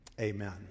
amen